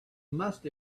must